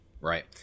right